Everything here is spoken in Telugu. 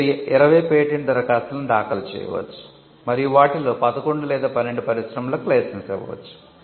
మీరు 20 పేటెంట్ దరఖాస్తులను దాఖలు చేయవచ్చు మరియు వాటిలో 11 లేదా 12 పరిశ్రమలకు లైసెన్స్ ఇవ్వవచ్చు